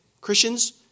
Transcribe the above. Christians